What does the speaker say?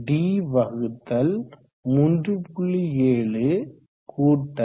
72